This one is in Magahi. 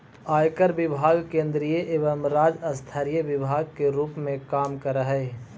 आयकर विभाग केंद्रीय एवं राज्य स्तरीय विभाग के रूप में काम करऽ हई